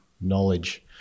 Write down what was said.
knowledge